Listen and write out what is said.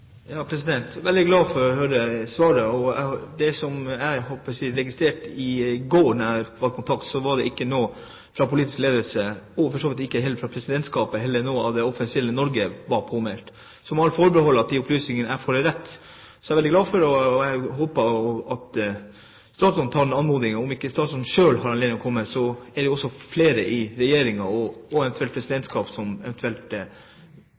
veldig glad for å høre svaret, og det som jeg registrerte i går da jeg var i kontakt, var at det ikke var noen fra politisk ledelse og for så vidt heller ikke noen fra Presidentskapet eller noen fra det offisielle Norge som var påmeldt. Så må jeg ta forbehold om at de opplysningene jeg får, er riktige. Jeg håper jo at statsråden tar en anmodning. Om ikke statsråden selv har anledning til å komme, er det jo også flere i Regjeringen og eventuelt i Presidentskapet som eventuelt